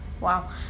wow